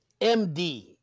MD